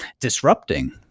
disrupting